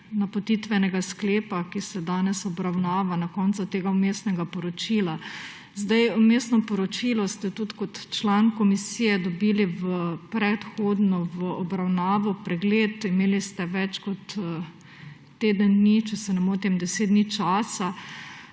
napotitvenega sklepa, ki se danes obravnava na koncu tega vmesnega poročila. Vmesno poročilo ste tudi kot član komisije dobili predhodno v obravnavo, pregled, imeli ste več kot teden dni, če se ne motim deset dni časa,